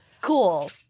Cool